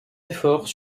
efforts